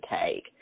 take